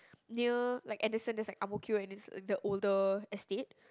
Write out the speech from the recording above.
near like Anderson that side Ang-Mo-Kio and this the older estate